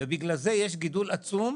ובגלל זה יש גידול עצום,